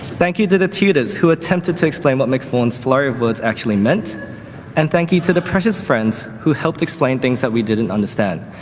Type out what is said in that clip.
thank you to the tutors who attempted to explain what make mcfawn's furry of words actually meant and thank you to the precious friends who helped explain things that we didn't understand.